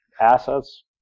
assets